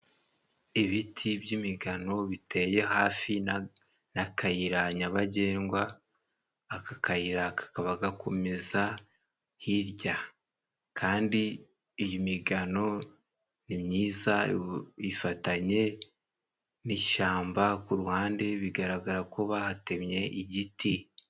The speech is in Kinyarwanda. Ibiti by'imigano biteye hafi n'akayira nyabagendwa. Aka kayira kakaba gakomeza hirya, kandi iyi migano nimyiza ifatanye n'ishyamba, ku ruhande bigaragara ko bahatemye igiti.